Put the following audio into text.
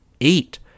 Eight